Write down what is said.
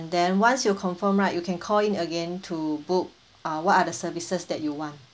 then once you confirm right you can call in again to book uh what are the services that you want